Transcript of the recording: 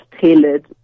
tailored